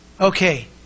okay